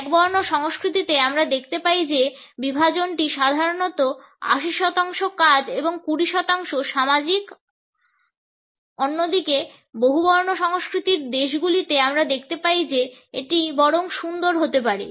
একবর্ণ সংস্কৃতিতে আমরা দেখতে পাই যে বিভাজনটি সাধারণত 80 শতাংশ কাজ এবং 20 শতাংশ সামাজিক অন্যদিকে বহুবর্ণ সংস্কৃতির দেশগুলিতে আমরা দেখতে পাই যে এটি বরং সুন্দর হতে পারে